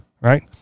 right